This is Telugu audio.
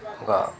ఒక